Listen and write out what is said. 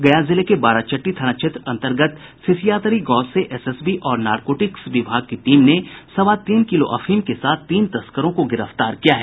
गया जिले के बाराचट्टी थाना क्षेत्र अन्तर्गत सिसियातरी गांव से एसएसबी और नारकोटिक्स विभाग की टीम ने सवा तीन किलो अफीम के साथ तीन तस्करों को गिरफ्तार किया है